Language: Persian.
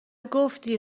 گفتی